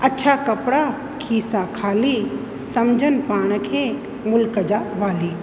अछा कपिड़ा खीसा ख़ाली समुझनि पाण खे मुल्क जा बाली